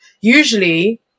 Usually